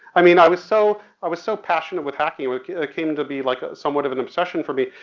i mean i was so, i was so passionate with hacking it came to be like a somewhat of an obsession for me.